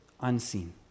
unseen